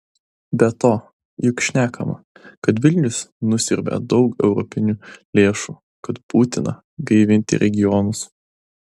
be to juk šnekama kad vilnius nusiurbia daug europinių lėšų kad būtina gaivinti regionus